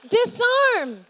disarm